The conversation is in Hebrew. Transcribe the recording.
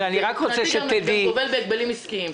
זה גובל בהגבלים עסקיים.